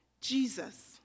Jesus